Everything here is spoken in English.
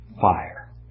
Fire